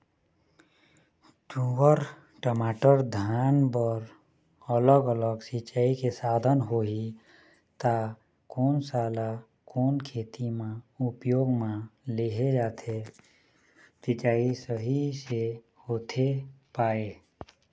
तुंहर, टमाटर, धान बर अलग अलग सिचाई के साधन होही ता कोन सा ला कोन खेती मा उपयोग मा लेहे जाथे, सिचाई सही से होथे पाए?